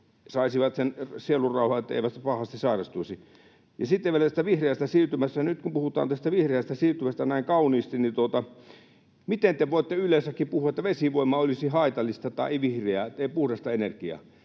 saisivat sen sielun rauhan, että eivät pahasti sairastuisi. Sitten vielä tästä vihreästä siirtymästä: Nyt kun puhutaan vihreästä siirtymästä näin kauniisti, niin miten te voitte yleensäkin puhua, että vesivoima olisi haitallista tai ei vihreää, puhdasta energiaa?